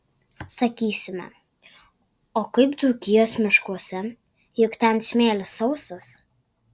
sakysime o kaip dzūkijos miškuose juk ten smėlis sausas